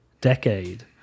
decade